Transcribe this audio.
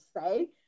say